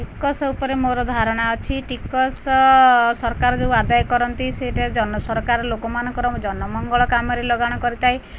ଟିକସ ଉପରେ ମୋର ଧାରଣା ଅଛି ଟିକସ ସରକାର ଯୋଉ ଆଦାୟ କରନ୍ତି ସେଇଟା ଜନ ସରକାର ଲୋକମାନଙ୍କର ଜନ ମଙ୍ଗଳ କାମରେ ଲଗାଣ କରିଥାଏ